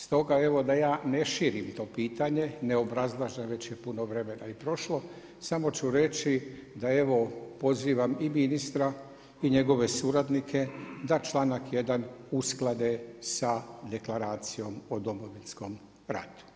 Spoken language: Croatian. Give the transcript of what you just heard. Stoga evo da ja ne širim to pitanje, ne obrazlažem, već je putno vremena i prošlo, samo ću reći da evo pozivam i ministra i njegove suradnike, da čl.1. usklade sa deklaracijom o Domovinskom ratu.